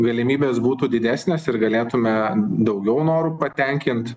galimybės būtų didesnės ir galėtume daugiau norų patenkint